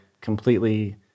completely